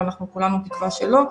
אנחנו תקווה שלא,